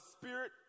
spirit